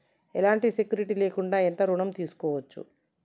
ఎలాంటి సెక్యూరిటీ లేకుండా ఎంత ఋణం తీసుకోవచ్చు?